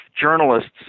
journalists